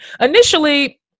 initially